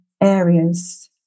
areas